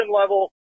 level